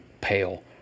pale